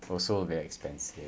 it's also very expensive